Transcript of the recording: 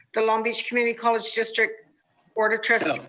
the long beach community college district board of trustees.